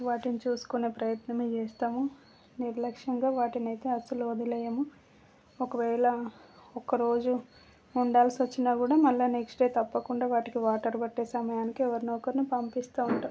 వాటిని చూసుకొనే ప్రయత్నమే చేస్తాము నిర్లక్ష్యంగా వాటినైతే అస్సలు వదిలేయము ఒకవేళ ఒక్కరోజు ఉండాల్సి వచ్చినా కూడా మళ్ళీ నెక్స్ట్ డే తప్పకుండా వాటికి వాటర్ పట్టే సమయానికి ఎవరినో ఒకరిని పంపిస్తూ ఉంటాం